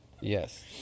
Yes